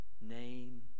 name